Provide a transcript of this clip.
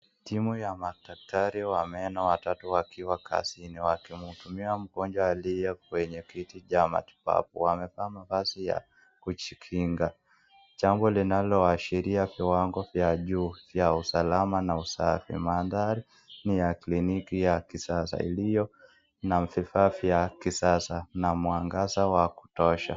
Timu ya madaktari wa meno watatu wakiwa kazini wakimhudumia mgonjwa aliye kwenye kiti cha matibabu, wamevaa mavazi ya kujikinga. Jambo linaloashiria viwango vya juu vya usalama na usafi, mandhari ni ya kliniki ya kisasa iliyo na vifaa vya kisasa na mwangaza wa kutosha.